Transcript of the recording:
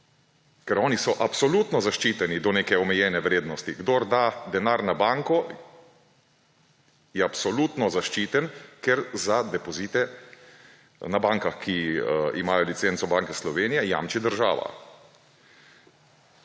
ker oni so absolutno zaščiteni do neke omejene vrednosti. Kdor da denar na banko, je absolutno zaščiten, ker za depozite na bankah, ki imajo licenco Banke Slovenije, jamči država.